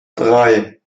drei